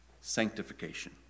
sanctification